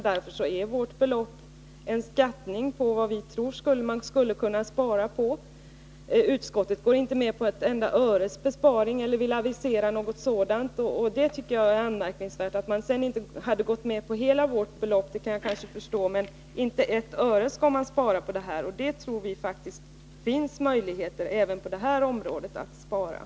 Därför är vårt belopp en skattning, som visar hur mycket vi tror att man skulle kunna spara in. Utskottet går emellertid inte med på att man skall avisera ett enda öres besparing, och det tycker jag är anmärkningsvärt. Jag hade kunnat förstå utskottets inställning, om det inte hade gått med på hela det belopp som vi föreslagit, men inte att det inte vill sparain ett enda öre av kostnaderna. Vi tror faktiskt att det finns möjligheter att spara även på detta område.